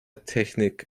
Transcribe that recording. technik